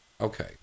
Okay